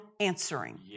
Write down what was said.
answering